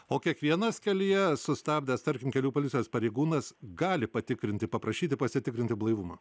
o kiekvienas kelyje sustabdęs tarkim kelių policijos pareigūnas gali patikrinti paprašyti pasitikrinti blaivumą